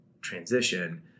transition